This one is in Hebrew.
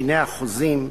דיני החוזים,